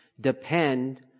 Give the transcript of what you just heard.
depend